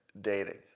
dating